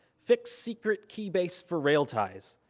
fix secret key base for railties.